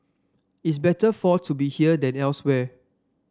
it's better for to be here than elsewhere